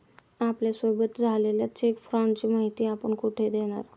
आपल्यासोबत झालेल्या चेक फ्रॉडची माहिती आपण कुठे देणार?